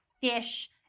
fish